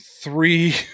three